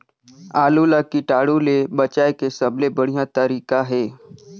आलू ला कीटाणु ले बचाय के सबले बढ़िया तारीक हे?